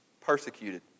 Persecuted